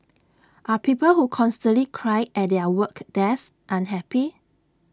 are people who constantly cry at their work desk unhappy